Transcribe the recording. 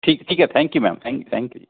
ਠੀਕ ਠੀਕ ਹੈ thank you ma'am thank thank you ਜੀ